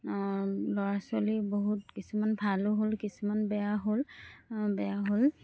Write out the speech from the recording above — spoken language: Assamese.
ল'ৰা ছোৱালী বহুত কিছুমান ভালো হ'ল কিছুমান বেয়া হ'ল বেয়া হ'ল